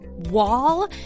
Wall